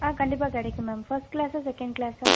ஆ கண்டிப்பாக கிடைக்கும் ma'am first கிளாஸா செகேண்ட் கிளாஸா